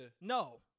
No